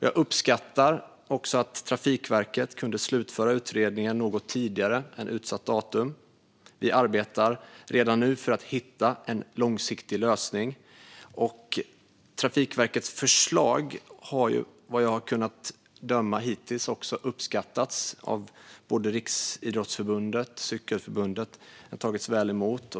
Jag uppskattar också att Trafikverket kunde slutföra utredningen något tidigare än utsatt datum. Vi arbetar redan nu för att hitta en långsiktig lösning. Trafikverkets förslag har ju, såvitt jag har kunnat bedöma hittills, också uppskattats av Riksidrottsförbundet och Cykelförbundet. Det har tagits väl emot.